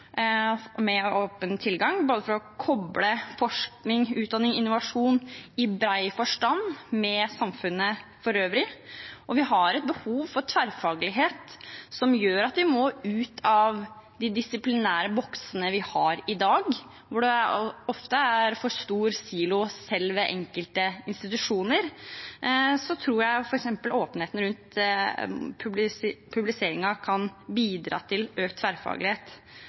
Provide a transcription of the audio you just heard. med åpen tilgang for å koble forskning, utdanning og innovasjon i bred forstand til samfunnet for øvrig. Vi har et behov for tverrfaglighet som gjør at vi må ut av de disiplinære boksene vi har i dag, hvor det ofte er for stor silo selv ved enkelte institusjoner. Jeg tror f.eks. åpenhet rundt publiseringen kan bidra til økt tverrfaglighet.